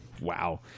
Wow